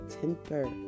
temper